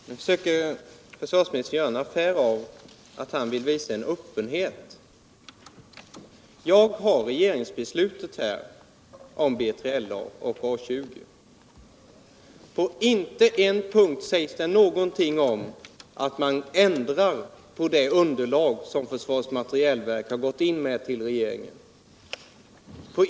Herr talman! Nu försöker försvarsn:inistern göra en affär av att han vill visa en öppenhet. Jag har i min hand regeringsbeslutet om B3LA och A 20. Inte på en punkt sägs det någonting om att man ändrar på det underlag som försvarets materielverk lämnat in till regeringen.